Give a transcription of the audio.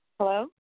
hello